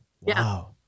Wow